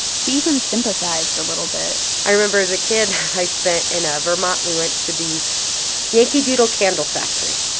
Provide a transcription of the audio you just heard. she even sympathized a little bit i remember as a kid, i spent in ah vermont. we went to the yankee doodle candle factory.